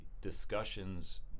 discussions